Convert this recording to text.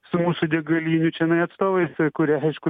su mūsų degalinių čionai atstovais kurie aišku